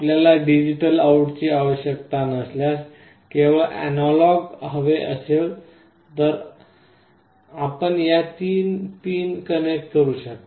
आपल्याला डिजिटल आऊटची आवश्यकता नसल्यास केवळ अॅनालॉग आउट हवे असेल तर आपण या तीन पिन कनेक्ट करू शकता